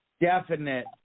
definite